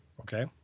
Okay